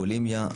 בולימיה,